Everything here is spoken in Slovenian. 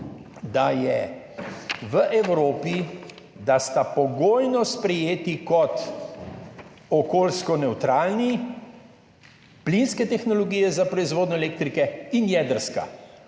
da sta v Evropi pogojno sprejeti kot okoljsko nevtralni plinska tehnologija za proizvodnjo elektrike in jedrska,